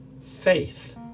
faith